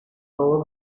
todos